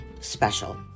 special